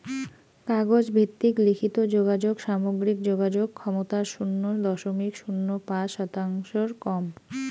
কাগজ ভিত্তিক লিখিত যোগাযোগ সামগ্রিক যোগাযোগ ক্ষমতার শুন্য দশমিক শূন্য পাঁচ শতাংশর কম